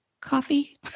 coffee